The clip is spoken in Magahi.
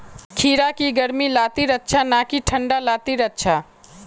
खीरा की गर्मी लात्तिर अच्छा ना की ठंडा लात्तिर अच्छा?